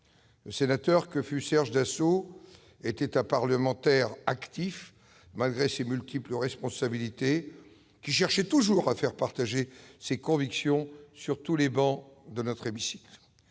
Le sénateur que fut Serge Dassault était un parlementaire actif, qui, malgré ses multiples responsabilités, cherchait toujours à faire partager ses convictions sur toutes les travées de notre hémicycle.